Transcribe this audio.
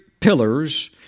pillars